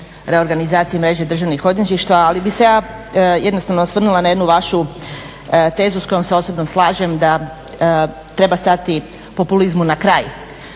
reorganizaciji mreže državnih odvjetništva, ali bi se ja jednostavno osvrnula na jednu vašu tezu s kojom se osobno slažem da treba stati populizmu na kraj.